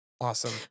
awesome